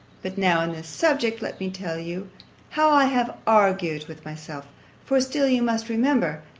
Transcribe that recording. but now, on this subject, let me tell you how i have argued with myself for still you must remember,